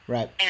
Right